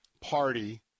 party